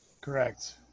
correct